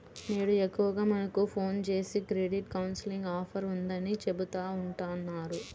నేడు ఎక్కువగా మనకు ఫోన్ జేసి క్రెడిట్ కౌన్సిలింగ్ ఆఫర్ ఉందని చెబుతా ఉంటన్నారు